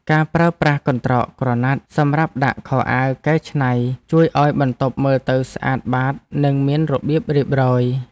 ការប្រើប្រាស់កន្ត្រកក្រណាត់សម្រាប់ដាក់ខោអាវកែច្នៃជួយឱ្យបន្ទប់មើលទៅស្អាតបាតនិងមានរបៀបរៀបរយ។